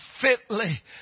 fitly